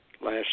last